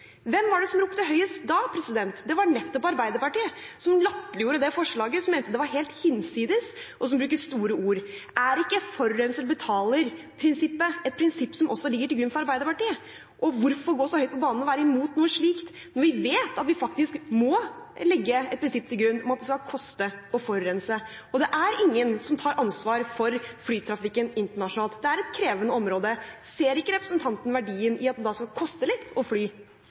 hvem var det som ropte høyest da? Det var nettopp Arbeiderpartiet, som latterliggjorde forslaget, som mente det var helt hinsides, og som bruker store ord. Er ikke forurenser betaler-prinsippet et prinsipp som også ligger til grunn for Arbeiderpartiet? Hvorfor gå så høyt på banen og være imot noe slikt når vi vet at vi faktisk må legge et prinsipp til grunn om at det skal koste å forurense? Det er ingen som tar ansvar for flytrafikken internasjonalt, det er et krevende område. Ser ikke representanten verdien i at det skal koste litt å fly?